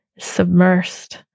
submersed